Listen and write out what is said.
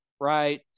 right